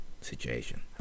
situation